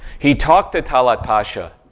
he talked to talaat pasha,